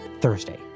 Thursday